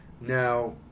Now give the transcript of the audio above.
Now